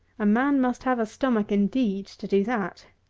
a man must have a stomach indeed to do that!